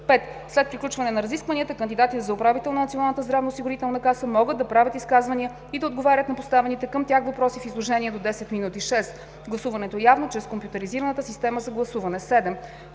5. След приключване на разискванията, кандидатите за управител на Националната здравноосигурителна каса могат да правят изказвания и да отговарят на поставените към тях въпроси в изложение до 10 минути. 6. Гласуването е явно чрез компютризираната система за гласуване. 7.